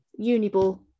uniball